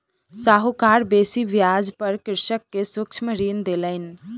साहूकार बेसी ब्याज पर कृषक के सूक्ष्म ऋण देलैन